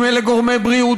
אלה גורמי בריאות,